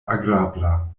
agrabla